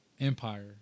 Empire